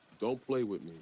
don't play with